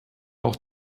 auch